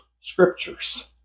scriptures